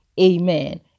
Amen